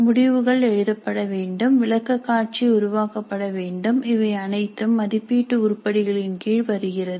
முடிவுகள் எழுதப்படவேண்டும் விளக்கக்காட்சி உருவாக்கப்படவேண்டும் இவை அனைத்தும் மதிப்பீட்டு உருப்படிகளின் கீழ் வருகிறது